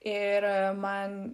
ir man